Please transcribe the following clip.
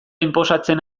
inposatzen